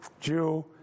Jew